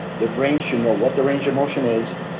the brain should know what the range of motion is,